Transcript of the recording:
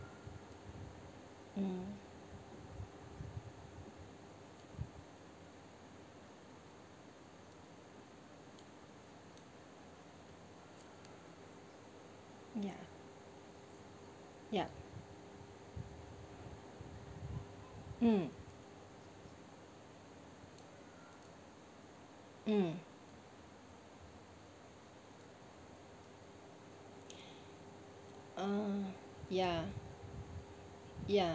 mm ya yup mm mm uh ya ya